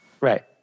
Right